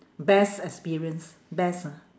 best experience best ah